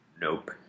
Nope